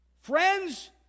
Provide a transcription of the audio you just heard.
friends